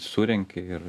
surenki ir